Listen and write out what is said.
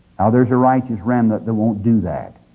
ah there is a righteous remnant that won't do that.